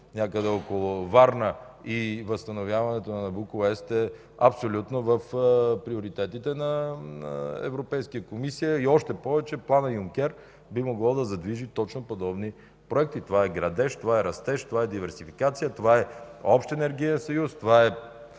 някъде около Варна, и възстановяването на „Набуко”, ЕСТ е абсолютно в приоритетите на Европейската комисия. Още повече планът Юнкер би могло да задвижи точно подобни проекти. Това е градеж, това е растеж, това е диверсификация. Това е общ енергиен съюз, на